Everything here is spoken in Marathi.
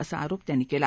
असा आरोप त्यांनी केला